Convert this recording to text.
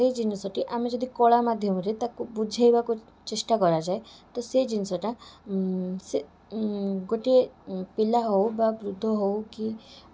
ସେ ଜିନିଷଟି ଆମେ ଯଦି କଳା ମାଧ୍ୟମରେ ତାକୁ ବୁଝାଇବାକୁ ଚେଷ୍ଚା କରାଯାଏ ତ ସେ ଜିନିଷଟା ସେ ଗୋଟେ ପିଲା ହଉ ବା ବୃଦ୍ଧ ହଉ କି